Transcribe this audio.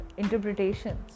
Interpretations